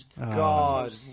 God